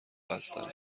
بستند